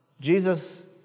Jesus